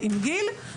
אדוני היושב ראש,